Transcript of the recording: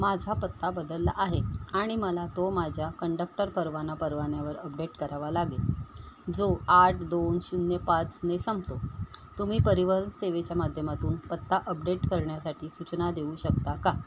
माझा पत्ता बदलला आहे आणि मला तो माझ्या कंडक्टर परवाना परवान्यावर अपडेट करावा लागेल जो आठ दोन शून्य पाच ने संपतो तुम्ही परिवहन सेवेच्या माध्यमातून पत्ता अपडेट करण्यासाठी सूचना देऊ शकता का